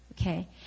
Okay